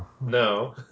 No